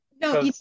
No